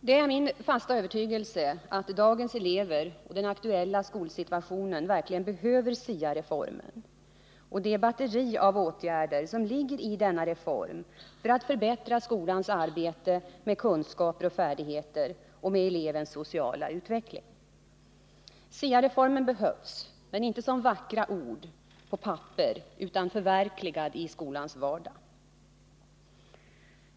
Det är min fasta övertygelse att dagens elever och den aktuella skolsituationen verkligen behöver SIA-reformen och det batteri av åtgärder som ligger i denna reform för att förbättra skolans arbete med kunskaper och färdigheter och med elevens sociala utveckling. SIA-reformen behövs, men inte såsom vackra ord på ett papper utan förverkligad i skolans vardag.